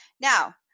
Now